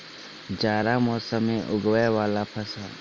जाड़ा मौसम मे उगवय वला फसल?